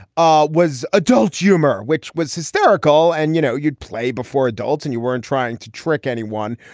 all was adult humor, which was hysterical. and, you know, you'd play before adults and you weren't trying to trick anyone.